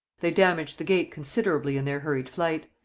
they damaged the gate considerably in their hurried flight.